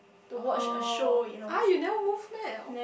oh !huh! you never move meh at all